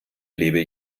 lebe